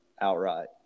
outright